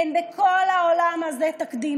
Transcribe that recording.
אין בכל העולם הזה תקדים,